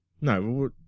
No